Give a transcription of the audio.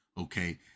Okay